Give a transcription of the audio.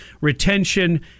retention